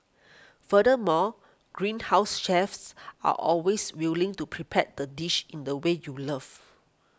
furthermore Greenhouse's chefs are always willing to prepare the dish in the way you love